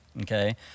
Okay